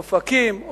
אופקים,